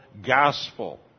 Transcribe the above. Gospel